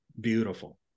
beautiful